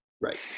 Right